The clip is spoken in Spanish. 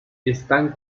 están